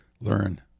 learn